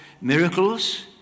miracles